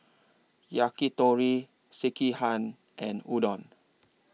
Yakitori Sekihan and Udon